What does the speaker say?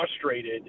frustrated